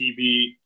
TV